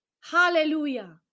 Hallelujah